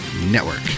Network